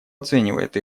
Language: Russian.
оценивает